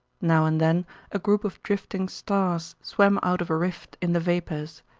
now and then a group of drifting stars swam out of a rift in the vapors,